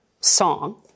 song